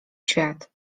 świat